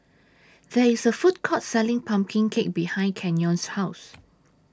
There IS A Food Court Selling Pumpkin Cake behind Canyon's House